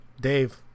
Dave